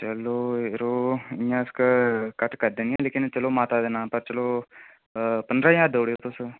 चलो यरो इ'यां अस घट्ट करी लैगे कुसे तरीके कन्नै चलो माता दे नांऽ पर चलो पंदरां ज्हार देई ओड़ेओ तुस